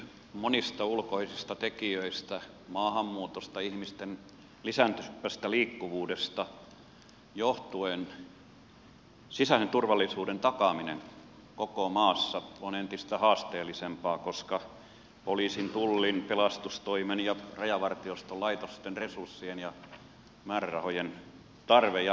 monista ulkoisista tekijöistä maahanmuutosta ihmisten lisääntyvästä liikkuvuudesta johtuen sisäisen turvallisuuden takaaminen koko maassa on entistä haasteellisempaa koska poliisin tullin pelastustoimen ja rajavartioston laitosten resurssien ja määrärahojen tarve jatkuvasti kasvaa